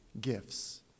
gifts